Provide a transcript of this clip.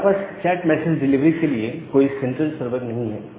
हमारे पास chat message delivery के लिए कोई सेंट्रल सर्वर नहीं है